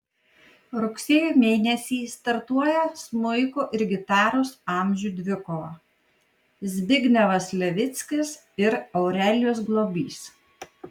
rugsėjo mėnesį startuoja smuiko ir gitaros amžių dvikova zbignevas levickis ir aurelijus globys